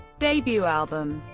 debut album